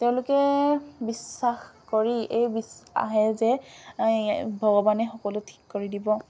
তেওঁলোকে বিশ্বাস কৰি এই আহে যে ভগৱানে সকলো ঠিক কৰি দিব